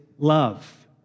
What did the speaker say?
love